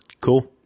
Cool